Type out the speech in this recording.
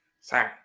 Sorry